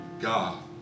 God